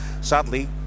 sadly